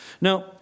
Now